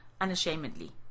unashamedly